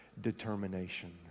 determination